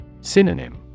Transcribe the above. Synonym